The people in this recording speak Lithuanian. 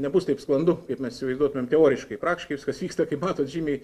nebus taip sklandu kaip mes įsivaizduotumėm teoriškai praktiškai viskas vyksta kaip matot žymiai